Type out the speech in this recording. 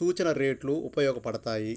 సూచన రేట్లు ఉపయోగపడతాయి